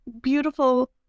beautiful